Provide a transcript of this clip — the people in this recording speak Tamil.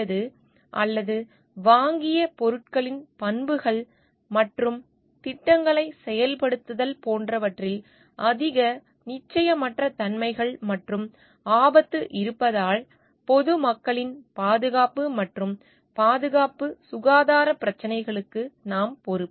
எனவே சுருக்கமான மாதிரிகளில் வடிவமைப்பு கணக்கீடுகள் அல்லது வாங்கிய பொருட்களின் பண்புகள் மற்றும் திட்டங்களை செயல்படுத்துதல் போன்றவற்றில் அதிக நிச்சயமற்ற தன்மைகள் மற்றும் ஆபத்து இருப்பதால் பொதுமக்களின் பாதுகாப்பு மற்றும் பாதுகாப்பு மற்றும் சுகாதார பிரச்சினைகளுக்கு நாம் பொறுப்பு